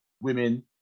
women